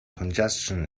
congestion